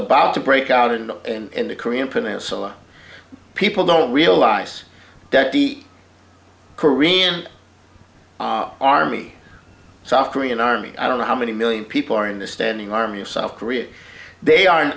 about to break out and in the korean peninsula people don't realize that the korean army south korean army i don't know how many million people are in the standing army of south korea they are